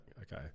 okay